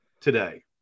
today